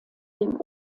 dem